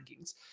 rankings